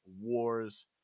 wars